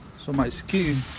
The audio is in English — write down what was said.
so my skin,